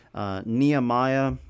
Nehemiah